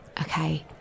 Okay